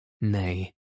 Nay